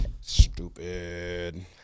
Stupid